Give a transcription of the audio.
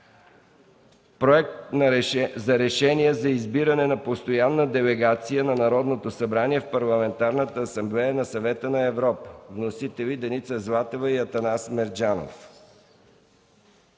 Проект за решение за избиране на Постоянна делегация на Народното събрание в Парламентарната асамблея на Съвета на Европа. Вносители са народните представители Деница Златева и Атанас Мерджанов.